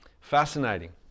fascinating